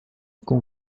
com